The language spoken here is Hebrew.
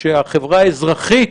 שהחברה האזרחית